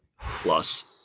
plus